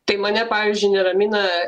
tai mane pavyzdžiui neramina